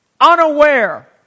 unaware